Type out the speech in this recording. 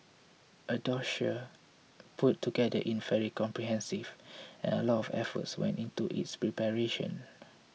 the dossier put together in fairly comprehensive and a lot of effort went into its preparation